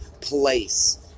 place